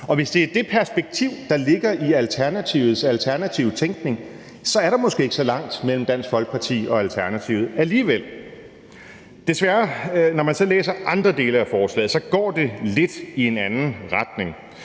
Hvis det er det perspektiv, der ligger i Alternativets alternative tænkning, er der måske ikke så langt mellem Dansk Folkeparti og Alternativet alligevel. Desværre, når man så læser andre dele af forslaget, går det lidt i en anden retning.